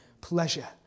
pleasure